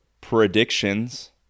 predictions